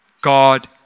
God